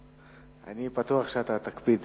אני בטוח שאתה תקפיד